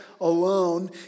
alone